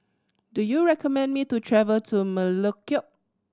do you recommend me to travel to Melekeok